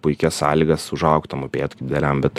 puikias sąlygas užaugt tam upėtakiui dideliam bet